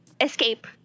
escape